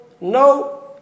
no